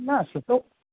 না সে তো